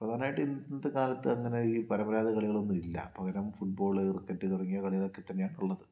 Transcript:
പ്രധാനമായിട്ടും ഇന്നത്തെക്കാലത്ത് അങ്ങനെ ഈ പരമ്പരാഗത കളികളൊന്നും ഇല്ല പകരം ഫുഡ്ബോള് ക്രിക്കറ്റ് തുടങ്ങിയ കളികള് ഒക്കെത്തന്നെയാണ് ഉള്ളത്